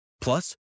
Plus